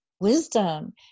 wisdom